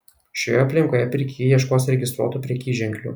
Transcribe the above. šioje aplinkoje pirkėjai ieškos registruotų prekyženklių